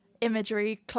imagery